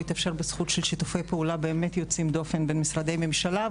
הוא התאפשר בזכות שיתופי פעולה באמת יוצאי דופן בין משרדי ממשלה,